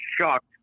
shocked